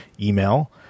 email